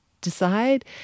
decide